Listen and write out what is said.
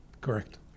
Correct